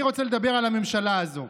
אני רוצה לדבר על הממשלה הזאת,